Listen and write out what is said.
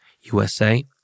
USA